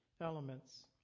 elements